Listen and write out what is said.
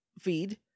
feed